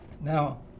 now